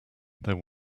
there